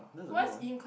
that's a good one